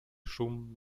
szum